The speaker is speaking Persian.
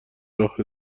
راه